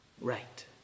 right